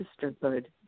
sisterhood